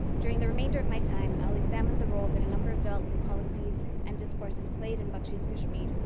during the remainder of my time, i'll examine the role that a number of development policies and discourses played in bakshi's kashmir,